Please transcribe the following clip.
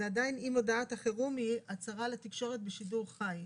זה עדיין: עם הודעת החירום הצהרה לתקשורת בשידור חי.